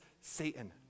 Satan